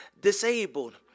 disabled